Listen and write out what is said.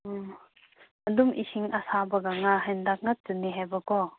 ꯎꯝ ꯑꯗꯨꯝ ꯏꯁꯤꯡ ꯑꯁꯥꯕꯒ ꯉꯥ ꯍꯦꯟꯇꯥꯛ ꯉꯛꯇꯅꯤ ꯍꯥꯏꯕꯀꯣ